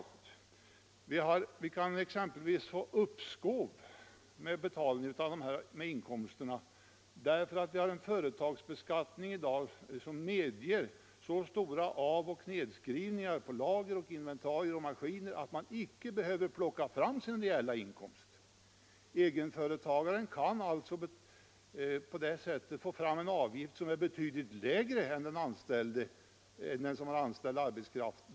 Uppskov kan t.ex. beviljas med betalning av en del av skatterna därför att vi i dag har en företagsbeskattning som medger så stora avoch nedskrivningar på lager, inventarier och maskiner att man inte behöver plocka fram sin reella inkomst. Egenföretagaren kan alltså på det sättet få fram en avgift som är betydligt lägre än den som har anställd arbetskraft.